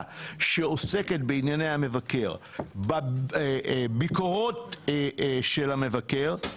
שעוסקת בענייני המבקר בביקורות של המבקר,